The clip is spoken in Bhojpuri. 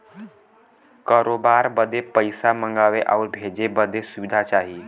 करोबार बदे पइसा मंगावे आउर भेजे बदे सुविधा चाही